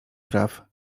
praw